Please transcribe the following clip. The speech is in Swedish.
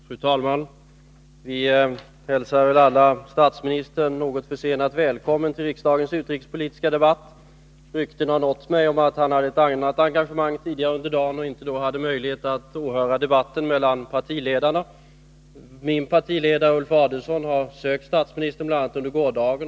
Fru talman! Alla hälsar vi väl statsministern, som är något försenad, välkommen till riksdagens utrikespolitiska debatt. Rykten har nått mig om att han har haft ett annat engagemang tidigare i dag och att han därför inte hade möjlighet att åhöra debatten mellan partiledarna. Min partiledare Ulf Adelsohn har sökt statsministern, bl.a. under gårdagen.